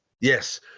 yes